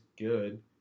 good